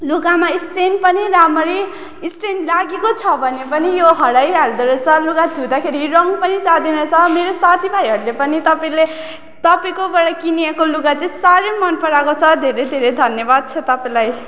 लुगामा स्टेन पनि रामरी स्टेन लागेको छ भने पनि यो हराइहाल्दो रहेछ लुगा धुँदाखेरि रङ पनि जाँदैन रहेछ मेरो साथीभाइहरूले पनि तपाईँले तपाईँकोबाट किनेको लुगा चाहिँ साह्रै मन पराएको छ धेरै धेरै धन्यबाद छ तपाईँलाई